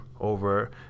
over